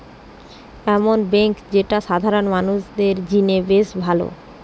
এমন বেঙ্ক যেটা সাধারণ মানুষদের জিনে বেশ ভালো